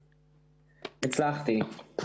מרכזי החוסן מפעילים מתן מענה מלא לתושבים בכל העוטף.